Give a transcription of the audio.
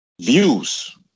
views